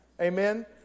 Amen